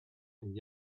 and